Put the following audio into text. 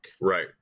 Right